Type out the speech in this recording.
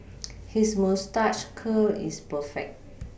his moustache curl is perfect